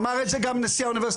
אמר את זה גם נשיא האוניברסיטה,